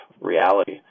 reality